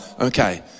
okay